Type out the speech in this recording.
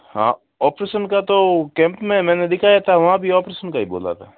हाँ ऑपरेशन का तो कैंप में मैंने दिखाया था वहाँ भी ऑपरेशन का ही बोला था